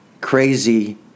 crazy